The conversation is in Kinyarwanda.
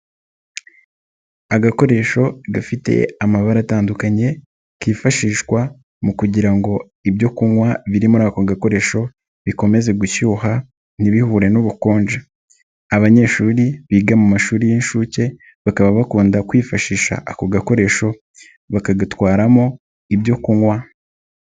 Agakoresho gafite amabara atandukanye kifashishwa mu kugira ngo ibyo kunywa biri muri ako gakoresho bikomeze gushyuha ntibihure n'ubukonje. Abanyeshuri biga mu mashuri y'inshuke bakaba bakunda kwifashisha ako gakoresho bakagatwaramo ibyo kunywa.